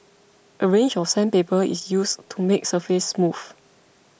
a range of sandpaper is used to make the surface smooth